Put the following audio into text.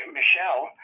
Michelle